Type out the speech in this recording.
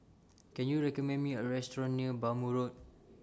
Can YOU recommend Me A Restaurant near Bhamo Road